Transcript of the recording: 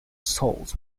souls